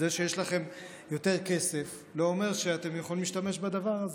זה שיש לכם יותר כסף לא אומר שאתם יכולים להשתמש בדבר הזה.